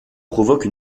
provoque